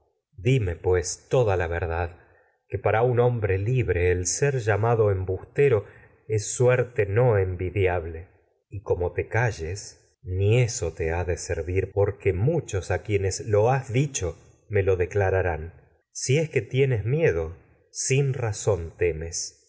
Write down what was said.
dime ser pues toda la verdad que embustero es para un no hombre libre el como llamado suerte envidiable y te calles ni lo has eso te ha de lo servir porque es muchos que a quie nes dicho me declararán si tienes mie es do sin que me razón temes